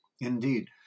Indeed